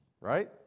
right